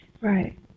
Right